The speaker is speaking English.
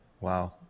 Wow